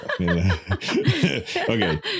Okay